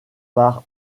par